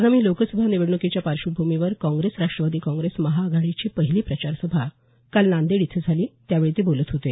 आगामी लोकसभा निवडणुकीच्या पार्श्वभूमीवर काँग्रेस राष्टवादी कांग्रेस महाआघाडीची पहिली प्रचार सभा काल नांदेड इथं झाली त्यावेळी ते बोलत होते